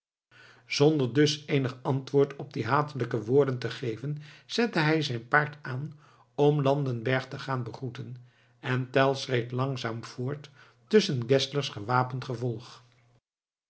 zonder dus eenig antwoord op die hatelijke woorden te geven zette hij zijn paard aan om landenberg te gaan begroeten en tell schreed langzaam voort tusschen geszlers gewapend gevolg